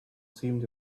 seemed